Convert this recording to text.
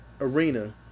arena